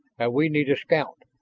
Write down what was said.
and we need a scout.